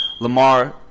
Lamar